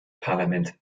parlament